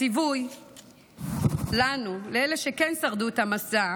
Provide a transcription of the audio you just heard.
הציווי לנו, אלה שכן שרדו את המסע,